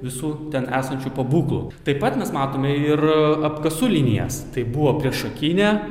visų ten esančių pabūklų taip pat mes matome ir apkasų linijas tai buvo priešakinė